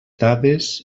dades